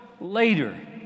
later